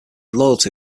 loyalty